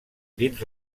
dins